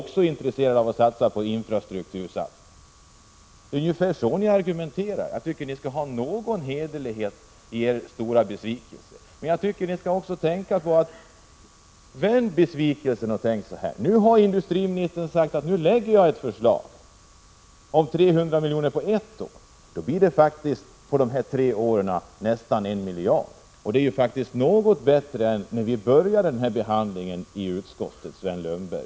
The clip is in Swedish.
1986/87:128 är också intresserad av en infrastruktursatsning, men jag tycker att nitrotser — 21 maj 1987 stora besvikelse kan visa någon hederlighet i argumenteringen. Vänd på besvikelsen och säg så här: Industriministern har sagt att han kommer att framlägga ett förslag om 300 milj.kr. under ett år. Det blir för tre år nästan 1 miljard, och det är något bättre än vad som föreslogs när vi började behandlingen i utskottet, Sven Lundberg.